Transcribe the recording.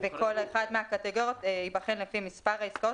וכל אחת מהקטגוריות תיבחנה ;לפי מספר העסקאות